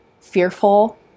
fearful